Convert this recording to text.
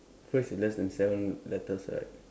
phrase is less than seven letters right